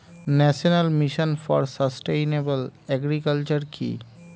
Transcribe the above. National mission for sustainable agriculture কি?